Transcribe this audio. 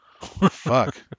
Fuck